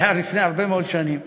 זה היה לפני הרבה מאוד שנים.